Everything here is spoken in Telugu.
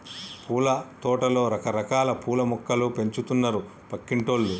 పూలతోటలో రకరకాల పూల మొక్కలు పెంచుతున్నారు పక్కింటోల్లు